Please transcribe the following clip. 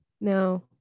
No